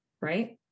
right